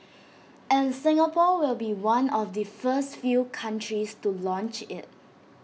and Singapore will be one of the first few countries to launch IT